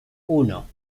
uno